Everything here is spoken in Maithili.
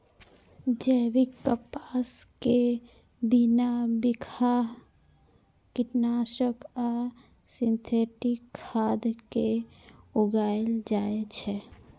जैविक कपास कें बिना बिखाह कीटनाशक आ सिंथेटिक खाद के उगाएल जाए छै